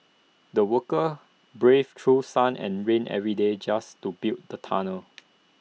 the workers braved through sun and rain every day just to build the tunnel